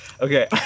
okay